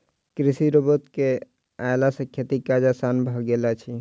कृषि रोबोट के अयला सॅ खेतीक काज आसान भ गेल अछि